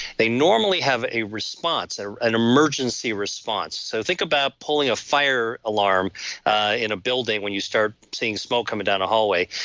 they normally have a response, an emergency response so think about pulling a fire alarm in a building when you start seeing smoke coming down a hallway,